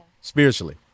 spiritually